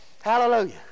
Hallelujah